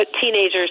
teenagers